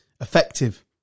effective